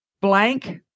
blank